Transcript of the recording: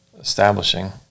establishing